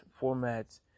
formats